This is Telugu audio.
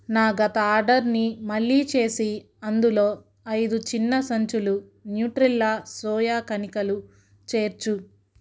నా గత ఆర్డర్ని మళ్ళీ చేసి అందులో ఐదు చిన్న సంచులు న్యూట్రిల్లా సోయా కణికలు చేర్చు